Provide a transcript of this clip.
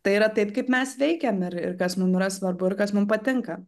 tai yra taip kaip mes veikiam ir ir kas mum yra svarbu ir kas mum patinka